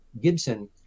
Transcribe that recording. Gibson